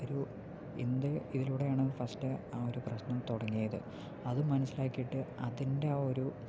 ഒരു എന്ത് ഇതിലൂടെയാണ് ഫസ്റ്റ് ആ ഒരു പ്രശ്നം തുടങ്ങിയത് അത് മനസിലാക്കിയിട്ട് അതിൻ്റെ ഒരു